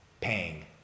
paying